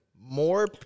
more